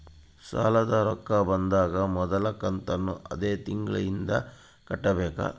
ಸಾಲದ ರೊಕ್ಕ ಬಂದಾಗ ಮೊದಲ ಕಂತನ್ನು ಅದೇ ತಿಂಗಳಿಂದ ಕಟ್ಟಬೇಕಾ?